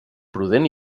prudent